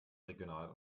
regional